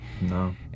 No